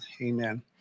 Amen